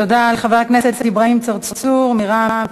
תודה לחבר הכנסת אברהים צרצור מרע"ם-תע"ל-מד"ע,